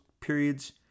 periods